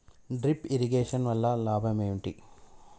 Drip irrigation వల్ల లాభం ఏంటి?